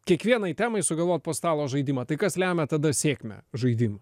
kiekvienai temai sugalvot po stalo žaidimą tai kas lemia tada sėkmę žaidimo